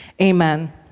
amen